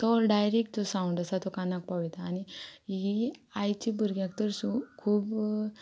तो डायरेक्ट जो साउंड आसा तो कानाक पावयता आनी ही आयच्या भुरग्याक तर सो खूब